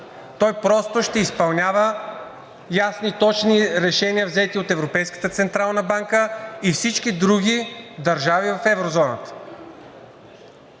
Той просто ще изпълнява ясни и точни решения, взети от Европейската централна банка и всички други държави в еврозоната.